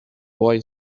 boy